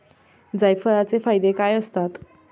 जायफळाचे फायदे काय असतात?